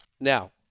Now